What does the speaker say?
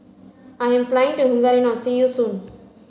I am flying to Hungary now see you soon